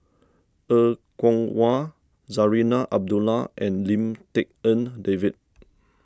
Er Kwong Wah Zarinah Abdullah and Lim Tik En David